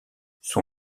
son